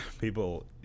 People